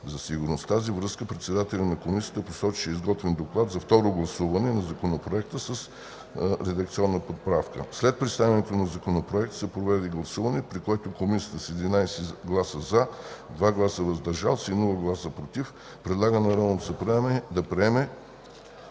за сигурност. В тази връзка председателят на Комисията посочи, че е изготвен доклад за второ гласуване на Законопроекта с редакционна поправка. След представянето на Законопроекта се проведе гласуване, при което Комисията с 11 гласа „за”, 2 гласа „въздържали се” и без „против” предлага на Народното събрание да приеме